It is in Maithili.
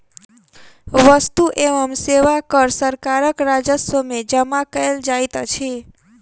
वस्तु एवं सेवा कर सरकारक राजस्व में जमा कयल जाइत अछि